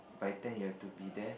by ten you have to be there